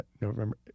November